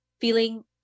feeling